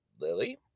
Lily